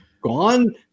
gone